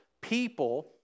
people